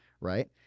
right